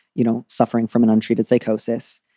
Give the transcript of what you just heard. you know, suffering from an untreated psychosis.